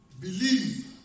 believe